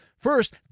First